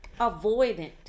avoidant